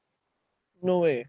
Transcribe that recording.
no way